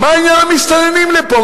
מה עניין המסתננים לפה?